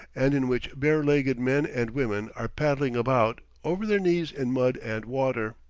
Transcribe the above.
and in which bare-legged men and women are paddling about, over their knees in mud and water.